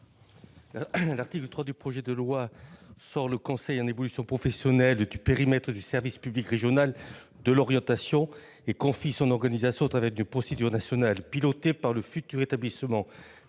L'article 3 du projet de loi sort le conseil en évolution professionnelle du périmètre du service public régional de l'orientation, et confie de fait son organisation à l'État au travers d'une procédure nationale pilotée par le futur établissement